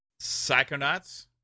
Psychonauts